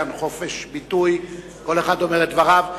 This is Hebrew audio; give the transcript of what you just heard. כאן חופש ביטוי, כל אחד אומר את דבריו.